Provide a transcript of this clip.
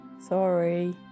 Sorry